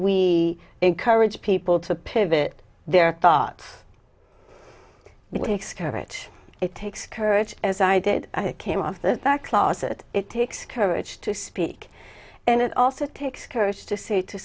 we encourage people to pivot their thoughts weeks courage it takes courage as i did i came of that that closet it takes courage to speak and it also takes courage to say to